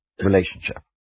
relationship